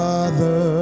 Father